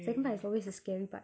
second part is always the scary part